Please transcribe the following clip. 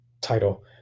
title